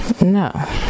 No